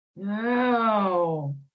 No